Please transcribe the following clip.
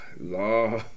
Law